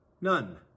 None